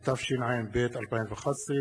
התשע"ב 2011,